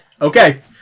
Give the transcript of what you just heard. Okay